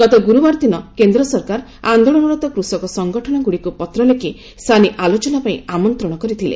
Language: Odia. ଗତ ଗୁରୁବାର ଦିନ କେନ୍ଦ୍ର ସରକାର ଆନ୍ଦୋଳନରତ କୃଷକ ସଙ୍ଗଠନଗୁଡ଼ିକୁ ପତ୍ର ଲେଖି ସାନି ଆଲୋଚନା ପାଇଁ ଆମନ୍ତ୍ରଣ କରିଥିଲେ